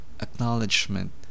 acknowledgement